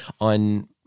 on